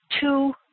two